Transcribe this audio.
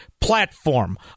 platform